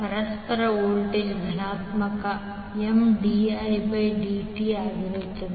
ಪರಸ್ಪರ ವೋಲ್ಟೇಜ್ ಧನಾತ್ಮಕ Mdi1dt ಆಗಿರುತ್ತದೆ